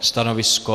Stanovisko?